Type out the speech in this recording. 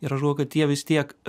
ir aš galvoju kad tie vis tiek